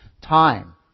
time